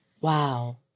Wow